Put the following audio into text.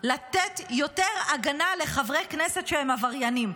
לתת יותר הגנה לחברי כנסת שהם עבריינים,